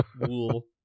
wool